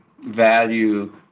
value